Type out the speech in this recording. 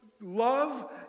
love